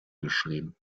geschrieben